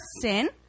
sin